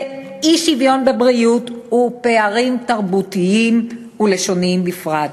אי-שוויון בבריאות בכלל ופערים תרבותיים ולשוניים בפרט.